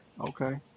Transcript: Okay